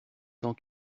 tant